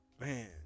man